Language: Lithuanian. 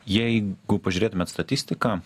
jeigu pažiūrėtumėt statistiką